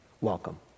welcome